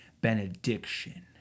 benediction